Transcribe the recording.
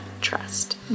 trust